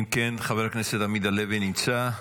חבר הכנסת עמית הלוי, נמצא?